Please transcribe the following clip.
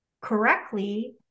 correctly